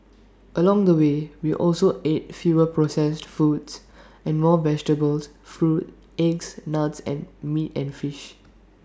along the way we also ate fewer processed foods and more vegetables fruit eggs nuts and meat and fish